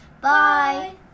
Bye